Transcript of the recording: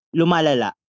lumalala